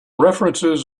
references